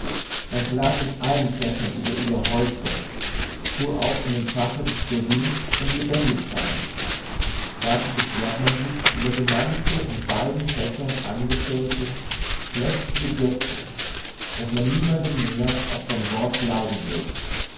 man klagt in allen fächern über ueberhäufung so auch in dem fache des berühmt und lebendig seins dazu beschwert man sich über so manche in beiden fächern angestellte schlechte subjekte daß man niemandem mehr auf sein wort glauben will